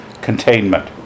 containment